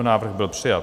Návrh byl přijat.